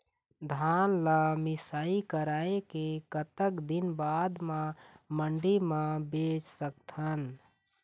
धान ला मिसाई कराए के कतक दिन बाद मा मंडी मा बेच सकथन?